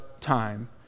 time